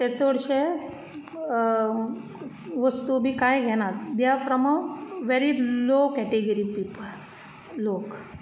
ते चडशे वस्तू बी काय घेनात they are from a very low category people लोक